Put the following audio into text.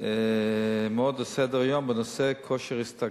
הרבה מאוד בסדר-היום, בנושא כושר השתכרות.